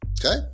Okay